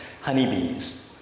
honeybees